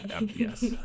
Yes